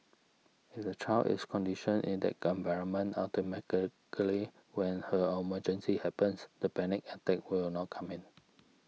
if the child is conditioned in that gun environment automatically when her emergency happens the panic attack will not come in